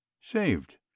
saved